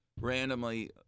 randomly